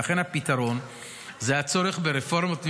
ולכן, הפתרון זה הצורך ברפורמות מבניות,